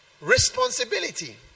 responsibility